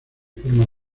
forma